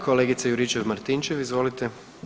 Kolegice Juričev-Martinčev, izvolite.